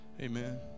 Amen